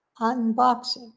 unboxing